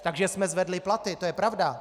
Takže jsme zvedli platy, to je pravda.